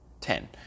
Ten